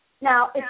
Now